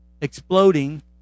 exploding